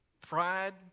Pride